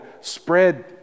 spread